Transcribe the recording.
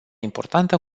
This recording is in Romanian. importantă